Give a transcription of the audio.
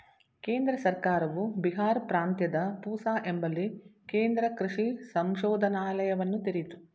ಕೇಂದ್ರ ಸರ್ಕಾರವು ಬಿಹಾರ್ ಪ್ರಾಂತ್ಯದ ಪೂಸಾ ಎಂಬಲ್ಲಿ ಕೇಂದ್ರ ಕೃಷಿ ಸಂಶೋಧನಾಲಯವನ್ನ ತೆರಿತು